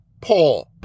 Paul